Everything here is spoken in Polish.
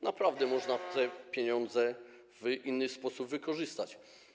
Naprawdę można te pieniądze w inny sposób wykorzystać.